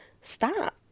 Stop